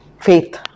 faith